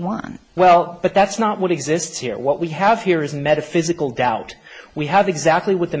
one well but that's not what exists here what we have here is a metaphysical doubt we have exactly what the